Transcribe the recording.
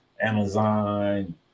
amazon